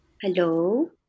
Hello